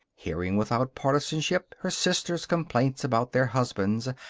hearing without partisanship her sisters' complaints about their husbands,